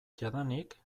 jadanik